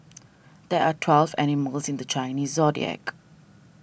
there are twelve animals in the Chinese zodiac